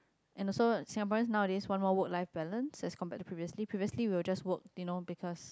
and also Singaporean nowadays want more work life balance as compared to previously previously we will just work you know because